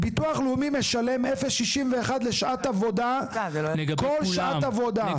ביטוח לאומי משלם 0.61 לשעת עבודה, כל שעת עבודה.